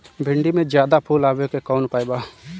भिन्डी में ज्यादा फुल आवे के कौन उपाय बा?